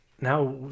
now